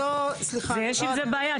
ויש עם זה בעיה,